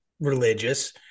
religious